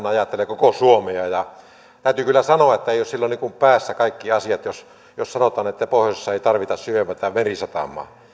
ajattelee koko suomea täytyy kyllä sanoa että ei ole silloin niin kuin päässä kaikki asiat jos jos sanotaan että pohjoisessa ei tarvita syvempää merisatamaa